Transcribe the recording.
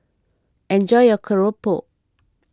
enjoy your Keropok